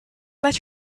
let